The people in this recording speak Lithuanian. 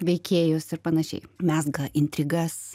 veikėjus ir panašiai mezga intrigas